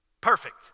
Perfect